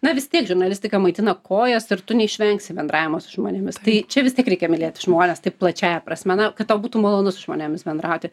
na vis tiek žurnalistiką maitina kojos ir tu neišvengsi bendravimo su žmonėmis tai čia vis tiek reikia mylėti žmones taip plačiąja prasme na kad tau būtų malonu su žmonėmis bendrauti